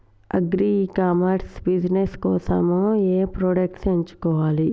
Agri e commerce business కోసము ఏ products ఎంచుకోవాలి?